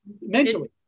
mentally